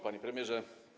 Panie Premierze!